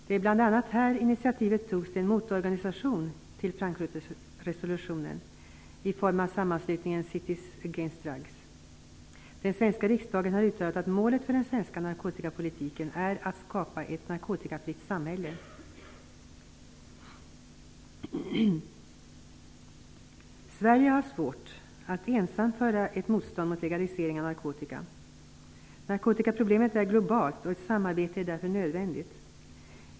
Det är bl.a. här initiativet till en motorganisation till Frankfurtresolutionen togs i form av sammanslutningen Cities Against Drugs. Den svenska riksdagen har uttalat att målet för den svenska narkotikapolitiken är att skapa ett narkotikafritt samhälle. Sverige har svårt att ensamt göra motstånd mot en legalisering av narkotika. Narkotikaproblemet är globalt, och ett samarbete är därför nödvändigt.